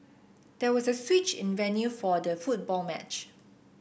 there was a switch in venue for the football match